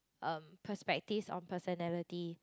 um perspectives on personality